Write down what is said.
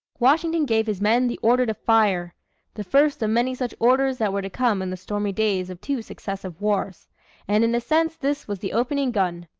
washington gave his men the order to fire the first of many such orders that were to come in the stormy days of two successive wars and in a sense this was the opening gun.